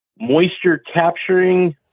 moisture-capturing